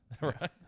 Right